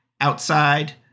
Outside